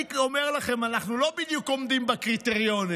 אני אומר לכם, אנחנו לא בדיוק עומדים בקריטריונים,